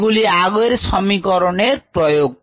এগুলি আগের সমীকরণের প্রয়োগ